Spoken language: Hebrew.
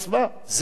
זה אקט של עוצמה.